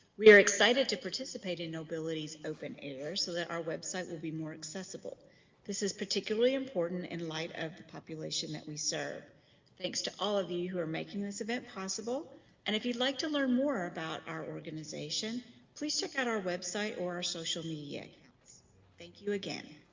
we are excited to participate in nobility's open air so that our website will be more accessible this is particularly important in light of the population that we serve thanks to all of you who are making this event possible and if you'd like to learn more about our organization please check out our website or our social media thank you again